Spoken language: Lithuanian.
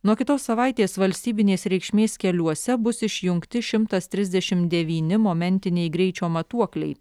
nuo kitos savaitės valstybinės reikšmės keliuose bus išjungti šimtas trisdešimt devyni momentiniai greičio matuokliai